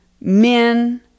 men